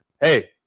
hey